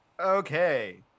Okay